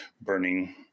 burning